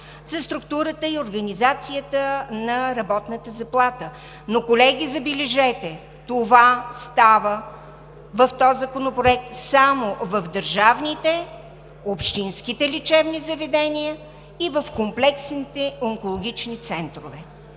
за структурата и организацията на работната заплата. Но, колеги, забележете, в този законопроект това става само в държавните, общинските лечебни заведения и в комплексните онкологични центрове.